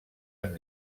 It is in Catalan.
amb